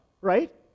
right